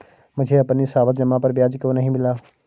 मुझे अपनी सावधि जमा पर ब्याज क्यो नहीं मिला?